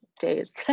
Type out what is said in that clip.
days